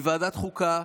מוועדת חוקה,